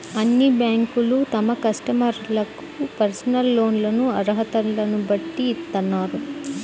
అన్ని బ్యేంకులూ తమ కస్టమర్లకు పర్సనల్ లోన్లను అర్హతలను బట్టి ఇత్తన్నాయి